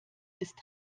ist